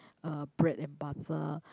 uh bread and butter